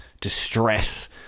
distress